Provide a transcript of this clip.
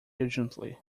urgently